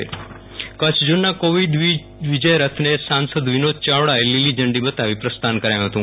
Viral Rana Covid વિજય રથ કચ્છ કચ્છ ઝોનના કોવીડ વિજય રથને સાંસદ વિનોદ ચાવડા એ લીલી ઝંડી બતાવી પ્રસ્થાન કરાવ્યું હતું